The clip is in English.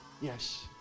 Yes